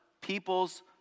people's